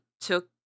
took